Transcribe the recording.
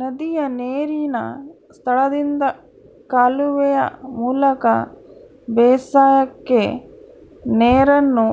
ನದಿಯ ನೇರಿನ ಸ್ಥಳದಿಂದ ಕಾಲುವೆಯ ಮೂಲಕ ಬೇಸಾಯಕ್ಕೆ ನೇರನ್ನು